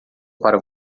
para